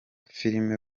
filime